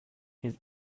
his